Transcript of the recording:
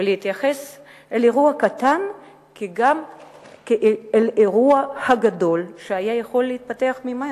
ולהתייחס אל אירוע קטן כאל האירוע הגדול שהיה יכול להתפתח ממנו.